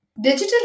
Digital